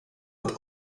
het